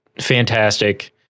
fantastic